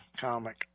comic